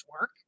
work